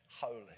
holy